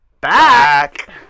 back